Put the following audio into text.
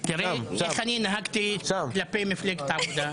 אדוני היושב-ראש, אני מודה לך שאתה מאפשר לי,